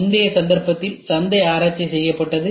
முந்தைய சந்தர்ப்பத்தில் சந்தை ஆராய்ச்சி செய்யப்பட்டது